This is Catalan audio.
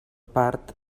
part